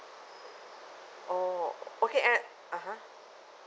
oh okay and (uh huh)